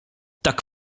tak